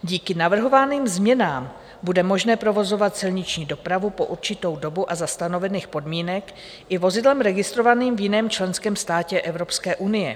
Díky navrhovaným změnám bude možné provozovat silniční dopravu po určitou dobu a za stanovených podmínek i vozidlem registrovaným v jiném členském státě Evropské unie.